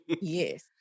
yes